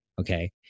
okay